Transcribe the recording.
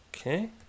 Okay